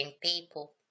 people